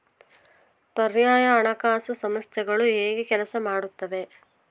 ಪರ್ಯಾಯ ಹಣಕಾಸು ಸಂಸ್ಥೆಗಳು ಹೇಗೆ ಕೆಲಸ ಮಾಡುತ್ತವೆ?